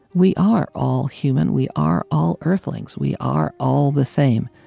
we are all human we are all earthlings. we are all the same,